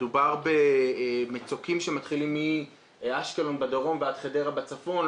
מדובר במצוקים שמתחילים מאשקלון בדרום ועד חדרה בצפון.